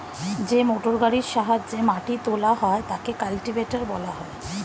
যে মোটরগাড়ির সাহায্যে মাটি তোলা হয় তাকে কাল্টিভেটর বলা হয়